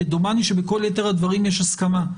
כי דומני שעל כל יתר הדברים יש הסכמה,